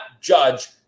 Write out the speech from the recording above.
judge